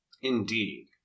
Indeed